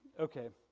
okay